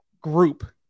group